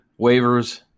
Waivers